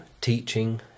teaching